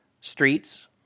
streets